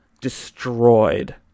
destroyed